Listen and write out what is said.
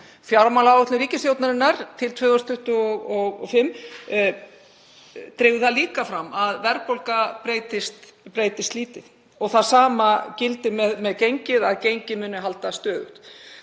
Fjármálaáætlun ríkisstjórnarinnar til 2025 dregur það líka fram að verðbólga breytist lítið og það sama gildir með gengið, að gengið muni haldast stöðugt.